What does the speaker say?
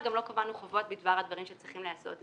לפי מה שאת אומרת.